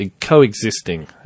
coexisting